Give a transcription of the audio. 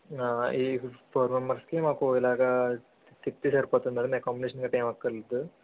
ఈ four members కి మాకు ఇలాగ తి తిప్పితే సరిపోద్ది మ్యాడం అకామిడేషన్ కాని ఏం అక్కర్లేదు